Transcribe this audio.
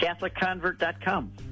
Catholicconvert.com